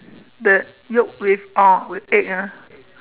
the Yolk with orh egg ah